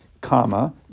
comma